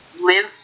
Live